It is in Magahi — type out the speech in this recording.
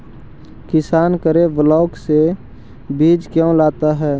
किसान करने ब्लाक से बीज क्यों लाता है?